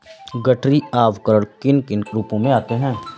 गठरी आवरण किन किन रूपों में आते हैं?